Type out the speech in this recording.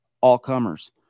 all-comers